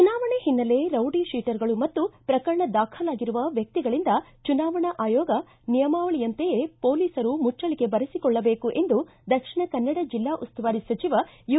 ಚುನಾವಣೆ ಹಿನ್ನೆಲೆ ರೌಡಿಶೀಟರ್ಗಳು ಮತ್ತು ಶ್ರಕರಣ ದಾಖಲಾಗಿರುವ ವ್ಯಕ್ತಿಗಳಿಂದ ಚುನಾವಣಾ ಆಯೋಗ ನಿಯಮಾವಳಿಯಂತೆಯೇ ಪೊಲೀಸರು ಮುಚ್ವಳಿಕೆ ಬರೆಸಿಕೊಳ್ಳಬೇಕು ಎಂದು ದಕ್ಷಿಣ ಕನ್ನಡ ಜಿಲ್ಲಾ ಉಸ್ತುವಾರಿ ಸಚಿವ ಯು